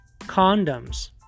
condoms